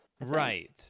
Right